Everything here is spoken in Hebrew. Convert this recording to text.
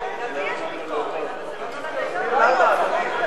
לא היו כאלה מצוקות, אדוני ראש הממשלה.